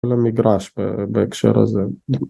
ולמיגרש בהקשר הזה.